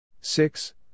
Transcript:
Six